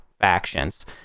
factions